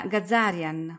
Gazarian